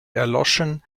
erloschen